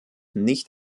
nicht